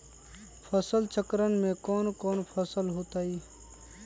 फसल चक्रण में कौन कौन फसल हो ताई?